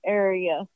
area